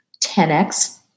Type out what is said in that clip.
10x